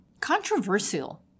controversial